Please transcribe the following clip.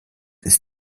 ist